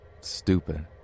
Stupid